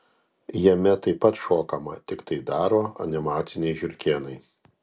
jame taip pat šokama tik tai daro animaciniai žiurkėnai